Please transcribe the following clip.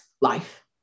life